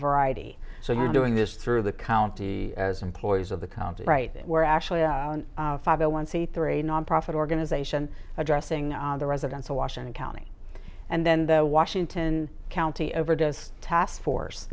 variety so we're doing this through the county as employees of the county right we're actually five one c three nonprofit organization addressing the residents of washington county and then the washington county overdoes task force